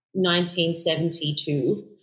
1972